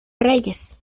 reyes